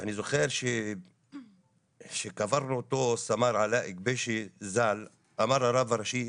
אני זוכר כשקרבנו אותו סמ"ר עלאא כבישי ז"ל אמר הרב הראשי